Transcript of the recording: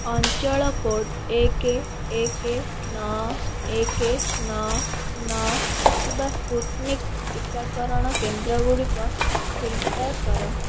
ଅଞ୍ଚଳ କୋଡ଼୍ ଏକ ଏକ ନଅ ଏକ ନଅ ନଅ ଥିବା ସ୍ପୁଟନିକ୍ ଟୀକାକରଣ କେନ୍ଦ୍ରଗୁଡ଼ିକ ଫିଲ୍ଟର କର